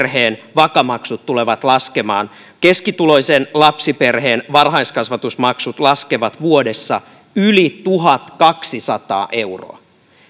perheen vaka maksut tulevat laskemaan keskituloisen lapsiperheen varhaiskasvatusmaksut laskevat vuodessa yli tuhatkaksisataa euroa